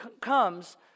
comes